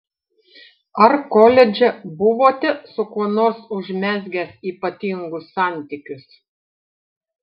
ar koledže buvote su kuo nors užmezgęs ypatingus santykius